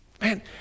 man